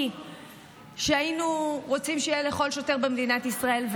עם מצפן ערכי שהיינו רוצים שיהיה לכל שוטר במדינת ישראל,